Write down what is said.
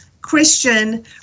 Christian